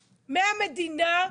מהמדינה,